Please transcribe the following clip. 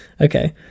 okay